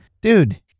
Dude